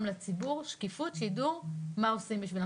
לציבור שקיפות שידעו מה עושים בשבילם,